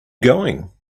going